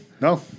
No